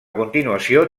continuació